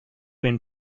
been